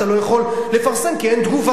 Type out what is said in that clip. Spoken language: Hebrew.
אתה לא יכול לפרסם כי אין תגובה.